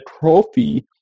trophy